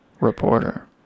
reporter